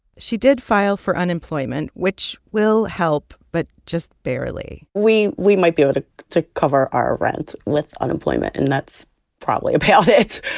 she did file for unemployment, which will help but just barely we we might be ah able to cover our rent with unemployment, and that's probably about it